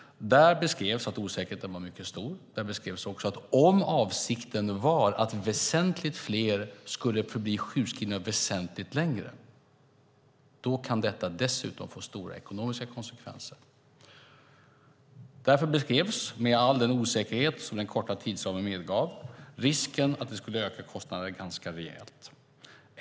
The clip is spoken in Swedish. Där beskrevs att osäkerheten var mycket stor. Där beskrevs också att om avsikten var att väsentligt fler skulle förbli sjukskrivna väsentligt längre kan detta dessutom få stora ekonomiska konsekvenser. Därför beskrevs, med all den osäkerhet som den lilla tidsramen medgav, risken att det skulle öka kostnaderna ganska rejält.